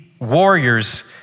warriors